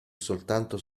soltanto